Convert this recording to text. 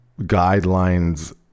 guidelines